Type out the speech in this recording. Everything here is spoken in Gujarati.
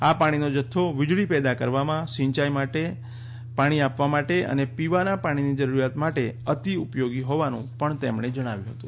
આ પાણીનો જથ્થો વીજળી પેદા કરવામાં સિયાઈ માટે પાણી આપવા માટે અને પીવાના પાણીની જરૂરીયાત માટે અતિ ઉપયોગી હોવાનું તેમણે જણાવ્યું હતું